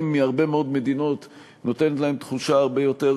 והתברר לי שהיועץ המשפטי למשרד הבט"פ ביקש את ההארכה,